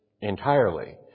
entirely